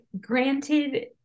granted